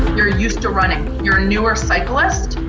you're used to running, you're a newer cyclist.